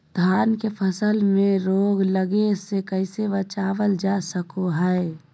धान के फसल में रोग लगे से कैसे बचाबल जा सको हय?